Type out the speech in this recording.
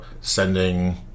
sending